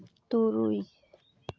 ᱛᱩᱨᱩᱭ